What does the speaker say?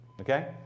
Okay